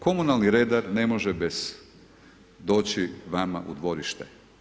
Komunalni redar ne može bez doći vama u dvorište.